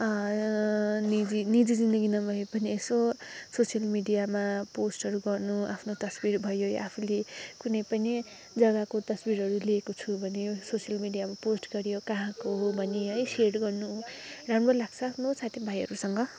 निजी निजी जिन्दगीमा मैले पनि यसो सोसियल मिडियामा पोस्टहरू गर्नु आफ्नो तस्बिर भयो या आफूले कुनै पनि जग्गाको तस्बिरहरू लिएको छु भने सोसियल मिडियामा पोस्ट गऱ्यो कहाँको हो भन्यो है सेयर गर्नु राम्रो लाग्छ आफ्नो साथी भाइहरूसँग